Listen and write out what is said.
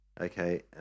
Okay